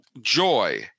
joy